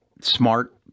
smart